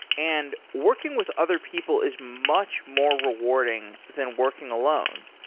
and working with other people is much more rewarding than working alone.